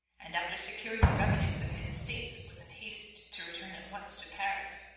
and after securing the revenues of his estates was in haste to return at once to paris,